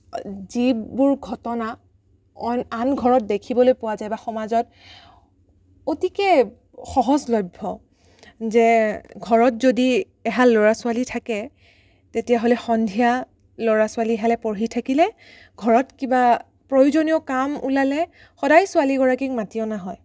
যিবোৰ ঘটনা আন ঘৰত দেখিবলৈ পোৱা যায় বা সমাজত অতিকে সহজলভ্য যে ঘৰত যদি এহাল ল'ৰা ছোৱালী থাকে তেতিয়াহ'লে সন্ধিয়া ল'ৰা ছোৱালীহালে পঢ়ি থাকিলে ঘৰত কিবা প্ৰয়োজনীয় কাম ওলালে সদায় ছোৱালীগৰাকীক মাতি অনা হয়